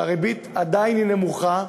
כשהריבית עדיין נמוכה,